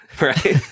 right